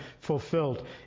fulfilled